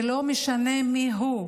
ולא משנה מי הוא,